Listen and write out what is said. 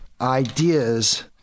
ideas